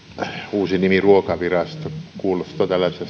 uusi nimi ruokavirasto kuulostaa tällaisesta